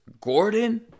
Gordon